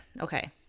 Okay